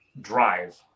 drive